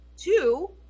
two